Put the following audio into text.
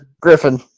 Griffin